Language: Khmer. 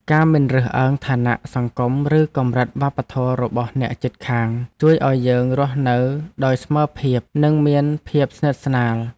ការមិនរើសអើងឋានៈសង្គមឬកម្រិតវប្បធម៌របស់អ្នកជិតខាងជួយឱ្យយើងរស់នៅដោយស្មើភាពនិងមានភាពស្និទ្ធស្នាល។